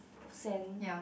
sand